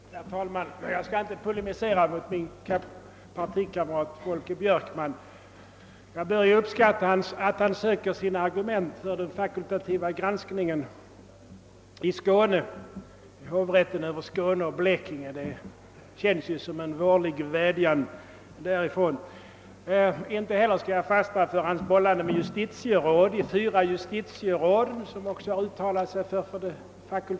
Herr talman! Jag skall inte polemisera mot min partikamrat Folke Björkman; jag bör ju uppskatta att han söker sina argument för den fakultativa granskningen i Skåne. Han refererar till hovrätten över Skåne och Blekinge. Det känns förvisso som en vårlig vädjan. Inte heller skall jag ta fasta på hans bollande med de fyra justitieråd som har uttalat sig för en fakultativ granskning.